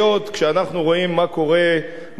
כשאנחנו רואים מה קורה בעולם.